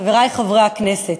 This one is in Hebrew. חברי חברי הכנסת,